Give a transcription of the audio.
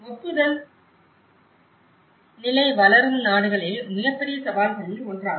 ஒப்புதல் நிலை வளரும் நாடுகளில் மிகப்பெரிய சவால்களில் ஒன்றாகும்